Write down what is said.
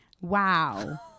Wow